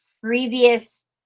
previous